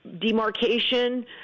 demarcation